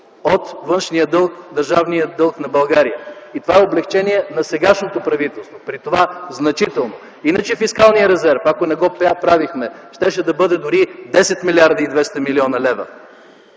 от външния дълг, държавния дълг на България. Това е облекчение на сегашното правителство, при това – значително! Иначе фискалният резерв, ако не го правихме, щеше да бъде дори 10 млрд. 200 млн. лв.